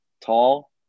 Tall